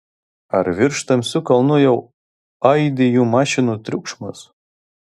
ar virš tamsių kalnų jau aidi jų mašinų triukšmas